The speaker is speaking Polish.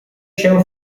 się